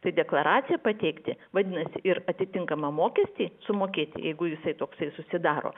deklaraciją pateikti vadinasi ir atitinkamą mokestį sumokėti jeigu jisai toksai susidaro